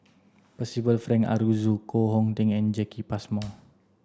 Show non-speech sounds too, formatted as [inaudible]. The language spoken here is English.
Percival Frank Aroozoo Koh Hong Teng and Jacki Passmore [noise]